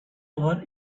over